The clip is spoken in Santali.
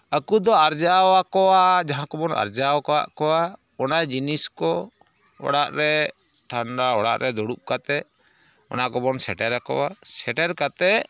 ᱟᱹᱠᱩᱫᱚ ᱟᱨᱡᱟᱣ ᱟᱠᱩᱣᱟ ᱡᱟᱦᱟᱸᱠᱚ ᱵᱚᱱ ᱟᱨᱡᱟᱣ ᱟᱠᱟᱫ ᱠᱚᱣᱟ ᱚᱱᱟ ᱡᱤᱱᱤᱥ ᱠᱚ ᱚᱲᱟᱜᱨᱮ ᱴᱷᱟᱱᱰᱟ ᱚᱲᱟᱜᱨᱮ ᱫᱩᱲᱩᱵ ᱠᱟᱛᱮ ᱚᱱᱟᱠᱚ ᱵᱚᱱ ᱥᱮᱴᱮᱨ ᱟᱠᱚᱣᱟ ᱥᱮᱴᱮᱨ ᱠᱟᱛᱮ